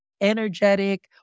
energetic